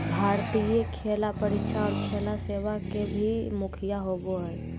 भारतीय लेखा परीक्षा और लेखा सेवा के भी मुखिया होबो हइ